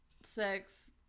sex